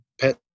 pet